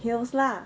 heels lah